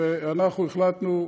ואנחנו החלטנו,